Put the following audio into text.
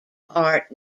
art